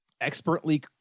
expertly